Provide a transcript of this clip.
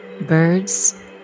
Birds